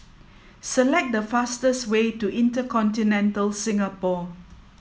select the fastest way to InterContinental Singapore